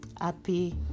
Happy